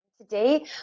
Today